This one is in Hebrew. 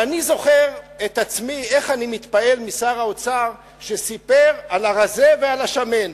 ואני זוכר את עצמי איך אני מתפעל משר האוצר שסיפר על הרזה ועל השמן.